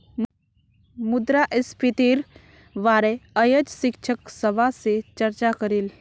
मुद्रास्फीतिर बारे अयेज शिक्षक सभा से चर्चा करिल